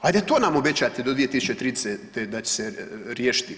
Hajde to nam obećajte do 2030. da će se riješiti.